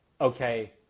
okay